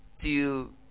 till